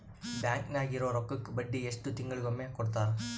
Bank ನಾಗಿರೋ ರೊಕ್ಕಕ್ಕ ಬಡ್ಡಿ ಎಷ್ಟು ತಿಂಗಳಿಗೊಮ್ಮೆ ಕೊಡ್ತಾರ?